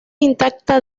intacta